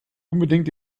unbedingt